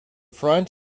front